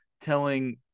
telling